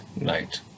night